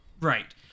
right